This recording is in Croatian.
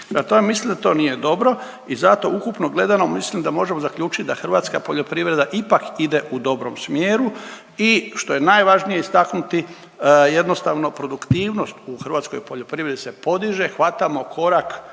mislim da to nije dobro i zato ukupno gledano mislim da možemo zaključit da hrvatska poljoprivreda ipak ide u dobrom smjeru i što je najvažnije istaknuti jednostavno produktivnost u hrvatskoj poljoprivredi se podiže, hvatamo korak